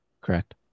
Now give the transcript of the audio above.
Correct